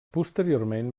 posteriorment